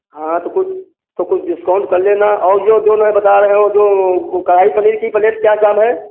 हाँ तो कु तो कुछ डिस्काउंट कर लेना और जो दो मैं बता रहे हूँ जो कढ़ाई प्लेट की पनीर क्या दाम है